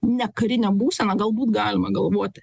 nekarinę būseną galbūt galima galvoti